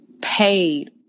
paid